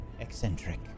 eccentric